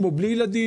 עם או בלי ילדים,